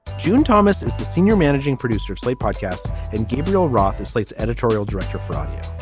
june thomas is the senior managing producer of slate podcasts and gabriel roth is slate's editorial director for audio.